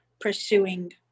pursuing